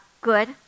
good